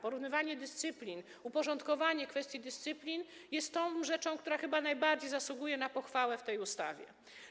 Porównywanie dyscyplin, uporządkowanie kwestii dyscyplin jest tym, co chyba najbardziej zasługuje na pochwałę w tej ustawie.